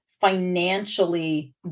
financially